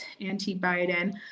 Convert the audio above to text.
anti-Biden